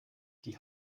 die